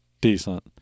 decent